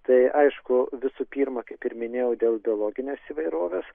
tai aišku visų pirma kaip ir minėjau dėl biologinės įvairovės